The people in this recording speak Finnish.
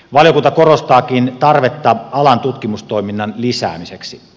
valiokunta korostaakin tarvetta alan tutkimustoiminnan lisäämiseksi